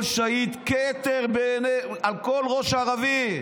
כל שהיד, כתר על כל ראש ערבי.